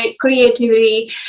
creativity